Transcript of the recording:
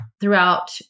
throughout